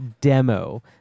demo